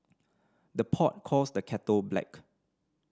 the pot calls the kettle black